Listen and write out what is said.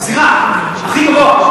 סליחה, הכי גבוה.